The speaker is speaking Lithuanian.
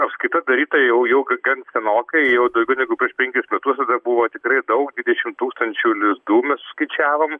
apskaita daryta jau jau gan senokai jau daugiau negu prieš penkis metus tada buvo tikrai daug dvidešimt tūkstančių lizdų mes suskaičiavom